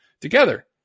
together